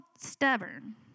stubborn